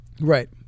Right